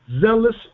zealous